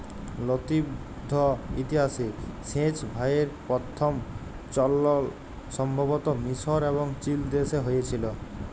লতিবদ্ধ ইতিহাসে সেঁচ ভাঁয়রের পথম চলল সম্ভবত মিসর এবং চিলদেশে হঁয়েছিল